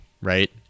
right